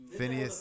Phineas